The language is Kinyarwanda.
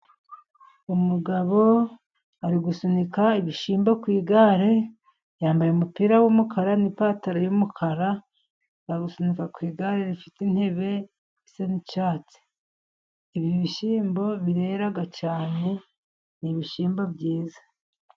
Umugabo ari gusunika ibishyimbo ku igare, yambaye umupira w'umukara n'ipantaro y'umukara, ari gusunika ku igare rifite intebe isa nk'icyatsi. Ibi bishyimbo birera cyane, ni ibishyimbo byiza.